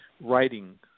writing